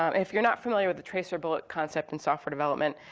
um if you're not familiar with the tracer bullet concept in software development,